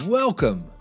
welcome